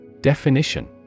Definition